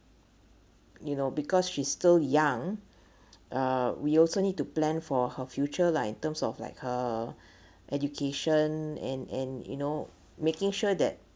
you know because she's still young uh we also need to plan for her future lah in terms of like her education and and you know making sure that